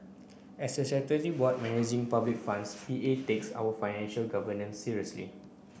as a statutory board managing public funds P A takes our financial governance seriously